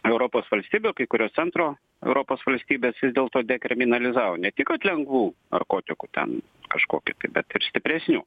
europos valstybių kai kurios centro europos valstybės vis dėlto dekriminalizavo ne tik kad lengvų narkotikų ten kažkokį bet ir stipresnių